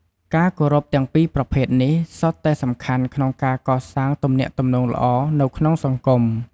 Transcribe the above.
ការគោរពទាំងពីរប្រភេទនេះសុទ្ធតែសំខាន់ក្នុងការកសាងទំនាក់ទំនងល្អនៅក្នុងសង្គម។